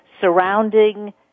surrounding